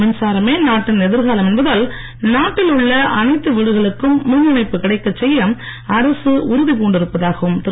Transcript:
மின்சாரமே நாட்டின் எதிர்காலம் என்பதால் நாட்டில் உள்ள அனைத்து வீடுகளுக்கும் மின் இணைப்பு கிடைக்கச் செய்ய அரசு உறுதி பூண்டிருப்பதாகவும் திரு